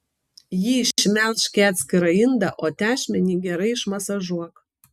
jį išmelžk į atskirą indą o tešmenį gerai išmasažuok